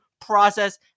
process